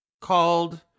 called